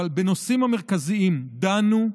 אבל בנושאים המרכזיים דנו,